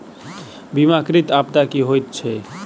बीमाकृत आपदा की होइत छैक?